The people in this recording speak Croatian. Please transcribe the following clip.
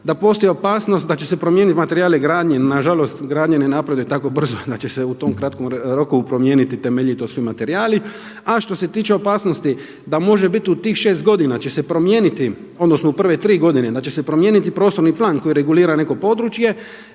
da postoji opasnost da će se promijeniti materijal i gradnja, nažalost gradnja ne napreduje tako brzo da će se u tom kratkom roku promijeniti temelji i to sve materijali a što se tiče opasnosti da može biti u tih šest godina će se promijeniti odnosno u prve tri godine da će se promijeniti prostorni plan koji regulira neko područje,